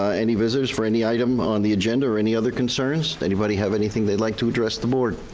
ah any visitors for any item on the agenda or any other concerns? anybody have anything they'd like to address the board?